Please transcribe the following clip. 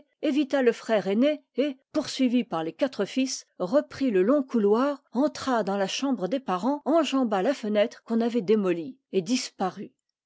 évita le frère aîné et poursuivi par les quatre fils reprit le long couloir entra dans la chambre des parents enjamba la fenêtre qu'on avait démolie et disparut